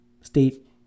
state